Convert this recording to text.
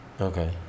Okay